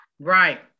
Right